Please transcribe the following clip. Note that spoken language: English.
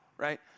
Right